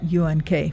UNK